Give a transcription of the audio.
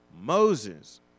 Moses